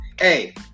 Hey